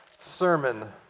sermon